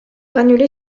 annuler